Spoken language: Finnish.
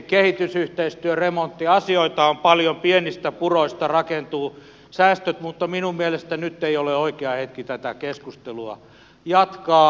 asioita on paljon pienistä puroista rakentuvat säästöt mutta minun mielestäni nyt ei ole oikea hetki tätä keskustelua jatkaa